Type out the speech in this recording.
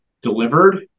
delivered